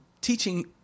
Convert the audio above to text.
teaching